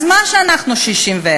אז מה אם אנחנו 61?